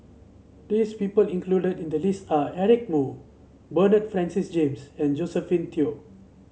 this people included in the list are Eric Moo Bernard Francis James and Josephine Teo